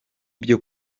byo